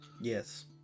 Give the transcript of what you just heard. Yes